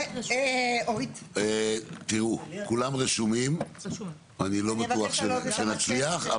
תראו כולם רשומים אני לא בטוח שנצליח,